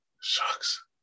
Shucks